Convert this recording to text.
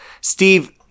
Steve